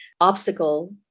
obstacle